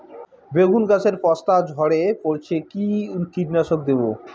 বেগুন গাছের পস্তা ঝরে পড়ছে কি কীটনাশক দেব?